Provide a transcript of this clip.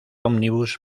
ómnibus